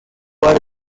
are